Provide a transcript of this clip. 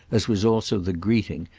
as was also the greeting,